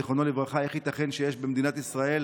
זיכרונו לברכה: איך ייתכן שיש במדינת ישראל